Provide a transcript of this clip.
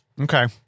Okay